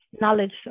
knowledge